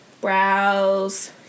brows